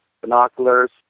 binoculars